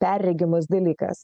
perregimas dalykas